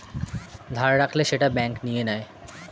ধার রাখলে সেটা ব্যাঙ্ক নিয়ে নেয়